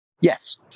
Yes